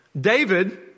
David